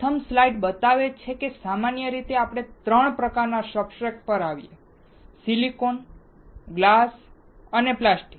પ્રથમ સ્લાઇડ બતાવે છે કે સામાન્ય રીતે આપણે 3 પ્રકારનાં સબસ્ટ્રેટસ પર આવીએ સિલિકોન ગ્લાસ અને પ્લાસ્ટિક